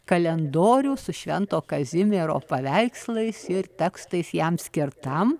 kalendorių su švento kazimiero paveikslais ir tekstais jam skirtam